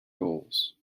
goals